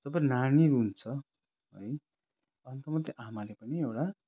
जब नानी रुन्छ है अन्त मात्रै आमाले पनि एउटा